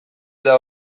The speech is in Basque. era